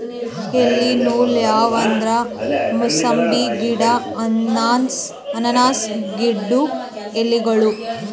ಎಲಿ ನೂಲ್ ಯಾವ್ ಅಂದ್ರ ಮೂಸಂಬಿ ಗಿಡ್ಡು ಅನಾನಸ್ ಗಿಡ್ಡು ಎಲಿಗೋಳು